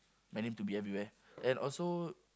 my name to be everywhere and also